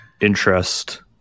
interest